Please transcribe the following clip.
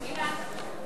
סעיפים 1